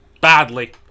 Badly